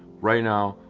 right now,